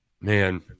Man